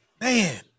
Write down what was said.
man